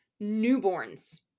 newborns